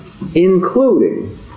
including